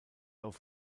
auf